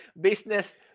Business